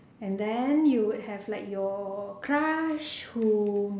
and then you would have like your crush whom